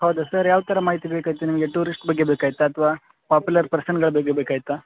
ಹೌದ ಸರ್ ಯಾವ್ಥರ ಮಾಹಿತಿ ಬೇಕಾಗಿತ್ತು ನಿಮಗೆ ಟೂರಿಸ್ಟ್ ಬಗ್ಗೆ ಬೇಕಾಗಿತ್ತಾ ಅಥ್ವಾ ಪಾಪ್ಯುಲರ್ ಪರ್ಸನ್ಗಳ ಬಗ್ಗೆ ಬೇಕಾಗಿತ್ತಾ